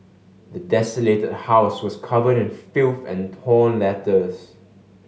the desolated house was covered in filth and torn letters